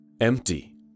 empty